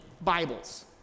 Bibles